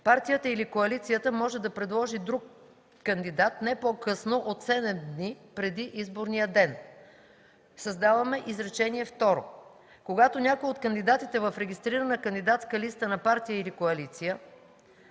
партията или коалицията може да предложи друг кандидат не по-късно от седем дни преди изборния ден.” Създаваме изречение второ: „Когато някой от кандидатите в регистрирана кандидатска листа на партия или коалиция